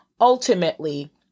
Ultimately